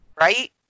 Right